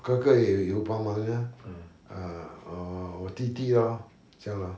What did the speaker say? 哥哥也有有帮忙 ah ah err 我弟弟这样 lor